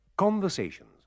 Conversations